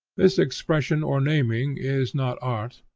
this expression or naming is not art,